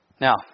Now